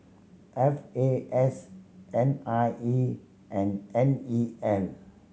F A S N I E and N E L